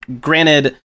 granted